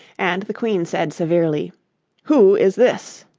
and the queen said severely who is this